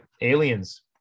aliens